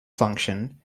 function